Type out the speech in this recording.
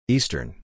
Eastern